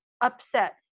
upset